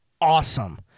awesome